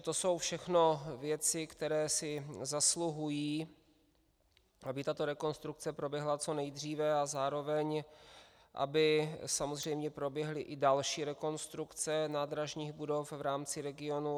To jsou všechno věci, které si zasluhují, aby tato rekonstrukce proběhla co nejdříve a zároveň aby samozřejmě proběhly i další rekonstrukce nádražních budov v rámci regionu.